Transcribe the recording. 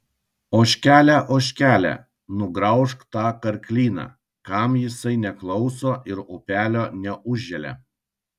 ožkele ožkele nugraužk tą karklyną kam jisai neklauso ir upelio neužželia